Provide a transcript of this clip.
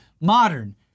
modern